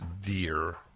dear